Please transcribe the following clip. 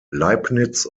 leibniz